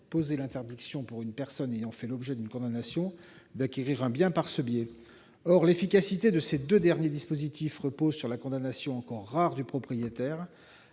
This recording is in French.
posé l'interdiction pour une personne ayant fait l'objet d'une condamnation d'acquérir un bien par ce biais. Or l'efficacité de ces deux derniers dispositifs repose sur la condamnation, encore rare, du propriétaire.